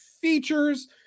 Features